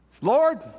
Lord